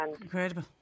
Incredible